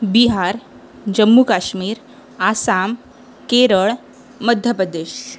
Bihar Jammu Kashmir Assam Kerala Madhya Pradesh